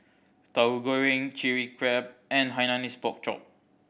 Tahu Goreng Chilli Crab and Hainanese Pork Chop